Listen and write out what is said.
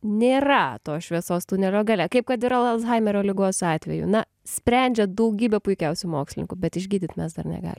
nėra tos šviesos tunelio gale kaip kad yra alzhaimerio ligos atveju na sprendžia daugybė puikiausių mokslininkų bet išgydyt mes dar negali